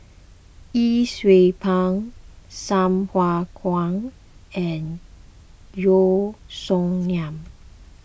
Yee Siew Pun Sai Hua Kuan and Yeo Song Nian